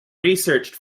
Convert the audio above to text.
researched